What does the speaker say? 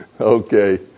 Okay